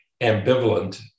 ambivalent